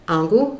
Angu